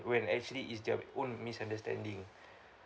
when actually it's their own misunderstanding